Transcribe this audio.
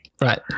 right